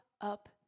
up